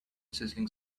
sizzling